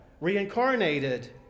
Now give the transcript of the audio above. reincarnated